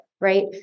right